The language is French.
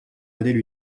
modèle